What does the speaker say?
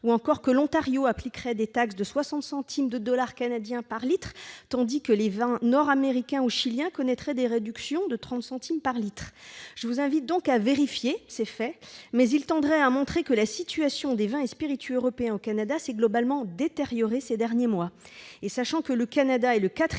encore que l'Ontario applique des taxes de 60 centimes de dollars canadiens par litre, tandis que les vins nord-américains ou chiliens bénéficieraient de réductions de 30 centimes par litre. Je vous invite à vérifier ces faits, qui montrent que la situation des vins et spiritueux européens au Canada s'est globalement détériorée ces derniers mois.